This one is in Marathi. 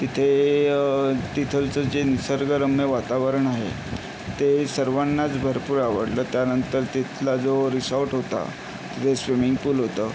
तिथे तिथलचं जे निसर्गरम्य वातावरण आहे ते सर्वांनाच भरपूर आवडलं त्यानंतर तिथला जो रिसॉर्ट होता जे स्विमिंग पूल होतं